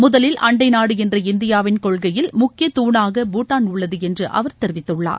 முதலில் அண்டை நாடு என்ற இந்தியாவின் கொள்கையில் முக்கிய தூணாக பூட்டான் உள்ளது என்று அவர் தெரிவித்துள்ளார்